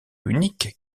unique